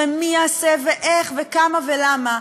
ומי יעשה ואיך וכמה ולמה,